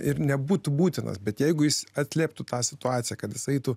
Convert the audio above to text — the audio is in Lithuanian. ir nebūtų būtinas bet jeigu jis atlieptų tą situaciją kad jis eitų